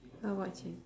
I'll watch it